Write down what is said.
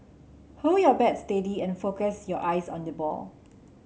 hold your bat steady and focus your eyes on the ball